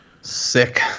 Sick